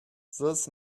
this